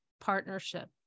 partnership